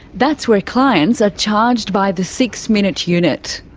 that's where clients are charged by the six-minute unit.